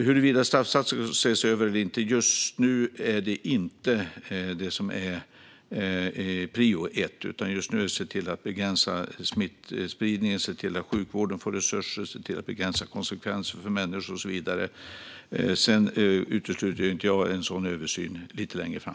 Huruvida straffsatser ska ses över eller inte är inte prio ett just nu, utan just nu gäller det att begränsa smittspridningen, se till att sjukvården får resurser, se till att begränsa konsekvenserna för människor och så vidare. Sedan utesluter jag inte en sådan översyn lite längre fram.